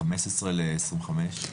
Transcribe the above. חמש עשרה לעשרים וחמש.